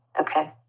Okay